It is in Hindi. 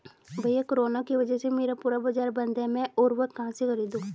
भैया कोरोना के वजह से पूरा बाजार बंद है मैं उर्वक कहां से खरीदू?